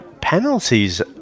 penalties